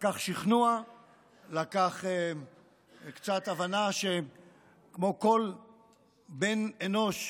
לקח שכנוע ולקח קצת הבנה שכמו כל בן אנוש,